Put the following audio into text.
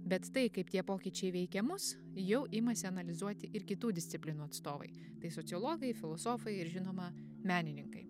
bet tai kaip tie pokyčiai veikia mus jau imasi analizuoti ir kitų disciplinų atstovai tai sociologai filosofai ir žinoma menininkai